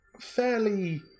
fairly